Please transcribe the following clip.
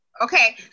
okay